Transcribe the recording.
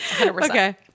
Okay